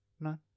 No